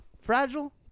Fragile